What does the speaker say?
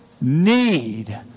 need